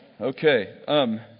Okay